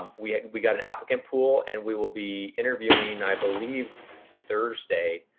we we got an applicant pool and we will be interviewing i believe thursday